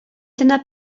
dyna